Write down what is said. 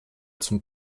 zum